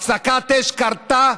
הפסקת האש קרתה,